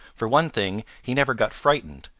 for one thing he never got frightened,